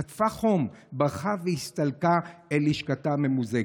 חטפה חום, ברחה והסתלקה אל לשכתה הממוזגת.